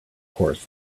course